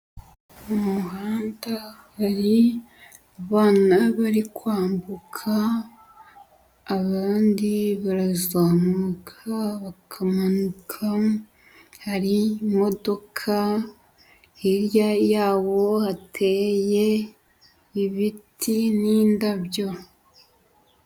Mu muhanda hari abana bari kwambuka, abandi barazamuka bakamanuka, hari imodoka, hirya yawo hateye ibiti n'indabyo.